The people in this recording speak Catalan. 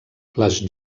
les